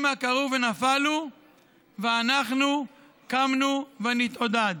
המה כרעו ונפלו ואנחנו קמנו ונתעודָד".